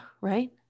right